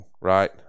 right